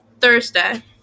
Thursday